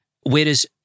Whereas